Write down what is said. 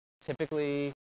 typically